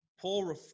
Paul